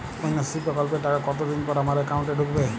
কন্যাশ্রী প্রকল্পের টাকা কতদিন পর আমার অ্যাকাউন্ট এ ঢুকবে?